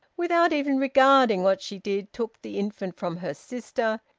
without even regarding what she did, took the infant from her sister,